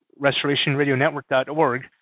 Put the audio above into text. restorationradionetwork.org